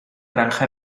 granja